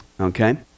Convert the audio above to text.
Okay